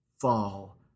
fall